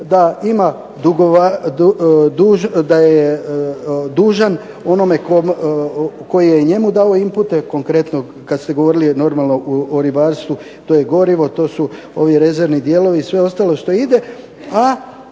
da je dužan onome koji je njemu dao impute, konkretno kada ste govorili o ribarstvu, to je gorivo to su ovi rezervni dijelovi i sve ostalo što ide.